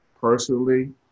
personally